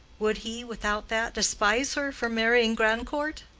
would he, without that, despise her for marrying grandcourt?